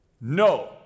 No